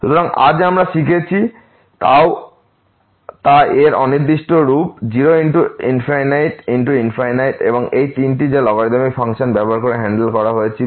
সুতরাং আমরা আজ যা শিখেছি তাএর অনির্দিষ্ট রূপ 0 × এবং এই তিনটি যা লগারিদমিক ফাংশন ব্যবহার করে হ্যান্ডেল করা হয়েছিল